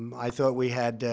i thought we had,